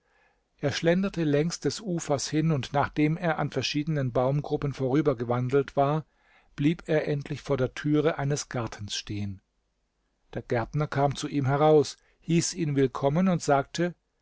er schlenderte längs des ufers hin und nachdem er an verschiedenen baumgruppen vorübergewandelt war blieb er endlich vor der türe eines gartens stehen der gärtner kam zu ihm heraus hieß ihn willkommen und sagte